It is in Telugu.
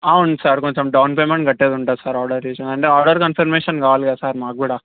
అవును సార్ కొంచెం డౌన్ పేమెంట్ కట్టేది ఉంటుంది సార్ ఆర్డర్ చేశారు అంటే ఆర్డర్ కన్ఫర్మేషన్ కావాలి కదా సార్ మాకు కూడా